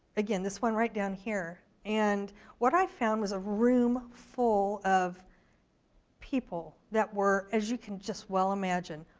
again this one right down here. and what i found was a room full of people that were as you can just well imagine,